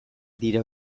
dira